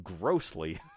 grossly